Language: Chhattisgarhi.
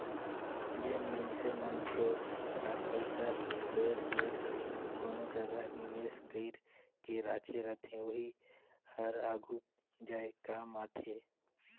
जेन मइनसे मन थोर थार पइसा लोएर जोएर के कोनो जगहा निवेस कइर के राखे रहथे ओही हर आघु जाए काम आथे